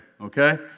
okay